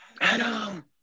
Adam